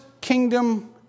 kingdom